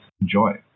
enjoy